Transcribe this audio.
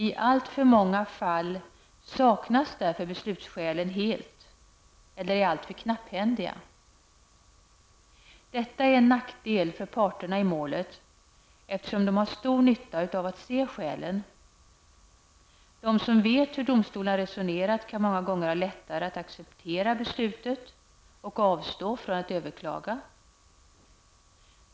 I alltför många fall saknas därför beslutsskälen helt, eller också är de alltför knapphändiga. Detta är en nackdel för parterna i målet, eftersom dessa har stor nytta av att se skälen. Den som vet hur domstolen har resonerat har många gånger lättare att acceptera beslutet och avstå från att överklaga.